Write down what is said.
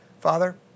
Father